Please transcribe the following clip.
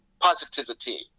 positivity